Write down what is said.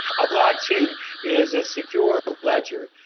a block chain is a secure ledger.